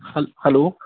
ਹਲ ਹੈਲੋ